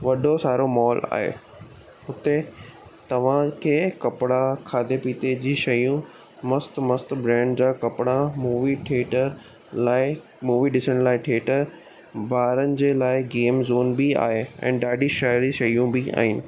वॾो सारो मॉल आहे हुते तव्हांखे कपिड़ा खाधे पीते जी शयूं मस्त मस्त ब्रेंड जा कपिड़ा मूवी थिएटर लाइ मूवी ॾिसण लाइ थिएटर ॿारनि जे लाइ गेम जोन बि आहे ऐं ॾाढी सारी शयूं बि आहिनि